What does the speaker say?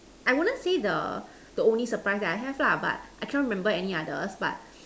I wouldn't say the the only surprise that I have lah but I cannot remember any others but